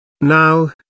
Now